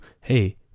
hey